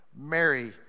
Mary